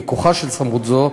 מכוחה של סמכות זו,